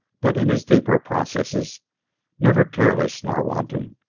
but, in his deeper processes never careless nor wanton,